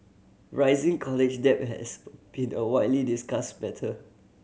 rising college debt has been a widely discussed matter